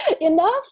enough